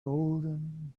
golden